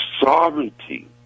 sovereignty